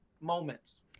moments